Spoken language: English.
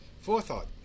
Forethought